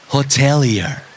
Hotelier